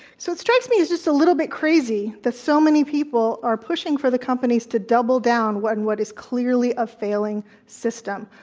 so, it strikes me as just a little bit crazy that so many people are pushing for the companies to double down on and what is clearly a failing system.